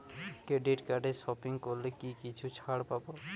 Credit কার্ডে shopping করলে কি কিছু ছাড় পাব?